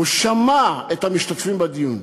הוא שמע את המשתתפים בדיון.